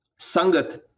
Sangat